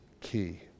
key